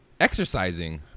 exercising